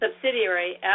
subsidiary